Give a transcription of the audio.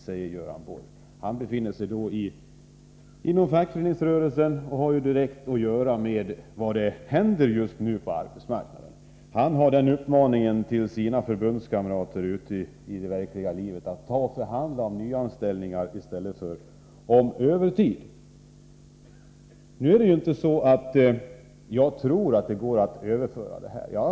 Eftersom Göran Borg är verksam inom fackföreningsrörelsen kommer han i direkt kontakt med det som just nu händer på arbetsmarknaden. Han uppmanar sina förbundskamrater att förhandla om nyanställningar i stället för att förhandla om övertidsuttaget. Jag tror emellertid inte att det är möjligt att omvandla all övertid i nya jobb.